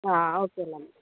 okay అమ్మ